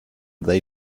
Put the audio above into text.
they